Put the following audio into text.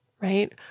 right